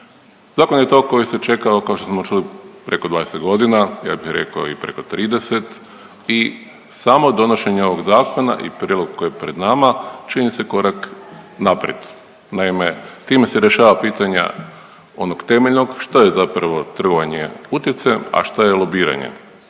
Zakon je to koji se čekao, kao što smo čuli, preko 20.g., ja bi rekao i preko 30 i samo donošenje ovog zakona i prilog koji je pred nama čini se korak naprijed. Naime, time se rješavaju pitanja onog temeljnog što je zapravo trgovanje utjecajem, a šta je lobiranje.